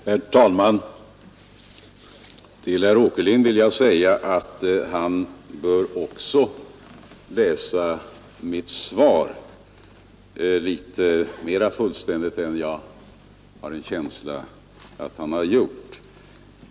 Herr talman! Till herr Åkerlind vill jag säga att han bör också läsa mitt svar litet mera fullständigt än jag har en känsla av att han har gjort.